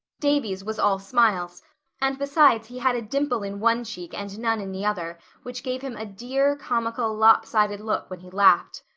davy's was all smiles and besides, he had a dimple in one cheek and none in the other, which gave him a dear, comical, lopsided look when he laughed.